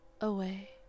away